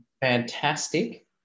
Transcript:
Fantastic